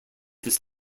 this